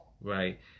right